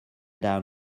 down